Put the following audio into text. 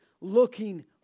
looking